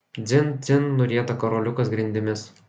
dzin dzin nurieda karoliukas grindimis